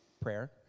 prayer